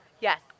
yes